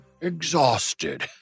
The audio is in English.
exhausted